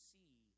see